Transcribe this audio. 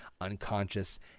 unconscious